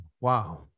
Wow